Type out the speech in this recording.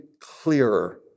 clearer